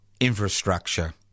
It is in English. infrastructure